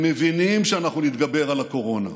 הם מבינים שאנחנו נתגבר על הקורונה.